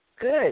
Good